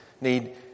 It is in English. need